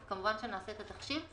כמובן שאנחנו נעשה את התחשיב.